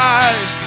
eyes